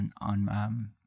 on